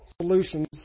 solutions